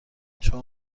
شما